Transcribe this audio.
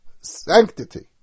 sanctity